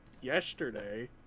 yesterday